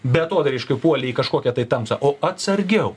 beatodairiškai puoli į kažkokią tamsą o atsargiau